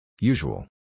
Usual